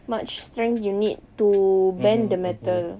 much strength you need to bend the metal